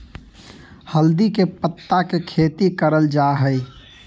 हल्दी के पत्ता के खेती करल जा हई